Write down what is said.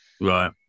Right